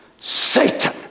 Satan